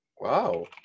Wow